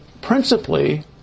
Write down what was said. principally